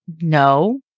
no